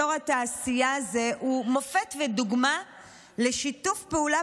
אזור התעשייה הזה הוא מופת ודוגמה לשיתוף פעולה